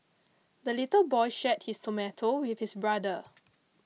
the little boy shared his tomato with his brother